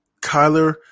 Kyler